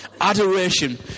adoration